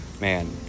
man